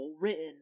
written